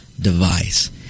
device